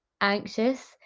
anxious